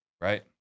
right